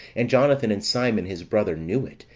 and jonathan, and simon, his brother, knew it,